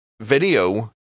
video